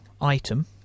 item